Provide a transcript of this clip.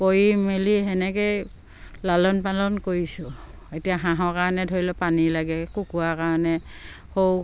কৰি মেলি সেনেকেই লালন পালন কৰিছোঁ এতিয়া হাঁহৰ কাৰণে ধৰি লওক পানী লাগে কুকুৰাৰ কাৰণে সও